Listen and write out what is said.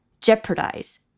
Jeopardize